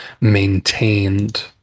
maintained